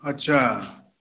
अच्छा